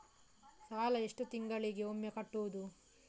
ಸಾಲ ಎಷ್ಟು ತಿಂಗಳಿಗೆ ಒಮ್ಮೆ ಕಟ್ಟುವುದು?